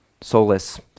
soulless